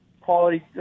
quality